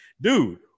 dude